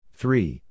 three